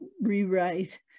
rewrite